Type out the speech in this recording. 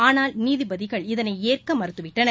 ஆனால் நீதிபதிகள் இதனைஏற்கமறுத்துவிட்டனர்